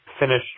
finished